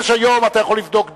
היום אתה יכול לבדוק דם,